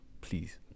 Please